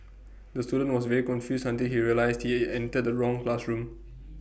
the student was very confused until he realised he entered the wrong classroom